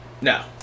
No